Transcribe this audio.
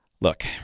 Look